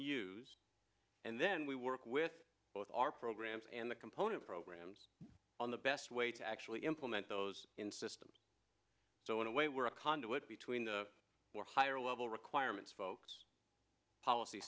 use and then we work with our programs and the component programs on the best way to actually implement those in systems so in a way we're a conduit between the higher level requirements folks policy